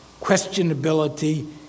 questionability